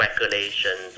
regulations